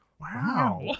wow